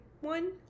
one